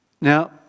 Now